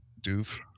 doof